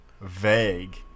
vague